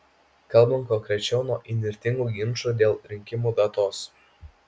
kalbant konkrečiau nuo įnirtingų ginčų dėl rinkimų datos